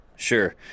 sure